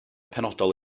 penodol